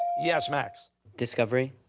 yes, max? discovery.